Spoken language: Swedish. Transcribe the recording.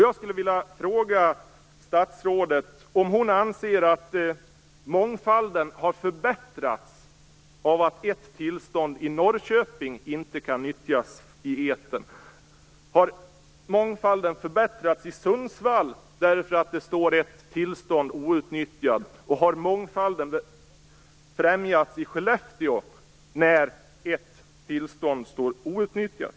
Jag skulle vilja fråga statsrådet om hon anser att mångfalden har förbättrats av att ett tillstånd i Norrköping inte kan nyttjas i etern. Har mångfalden förbättrats i Sundsvall av att det står ett tillstånd outnyttjat, och har mångfalden främjats i Skellefteå när ett tillstånd står outnyttjat?